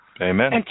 Amen